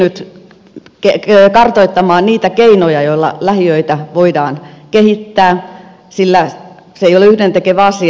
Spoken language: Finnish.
olen pyrkinyt kartoittamaan niitä keinoja joilla lähiöitä voidaan kehittää sillä se ei ole yhdentekevä asia